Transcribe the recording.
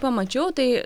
pamačiau tai